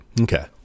Okay